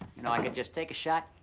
you know, i could just take shot,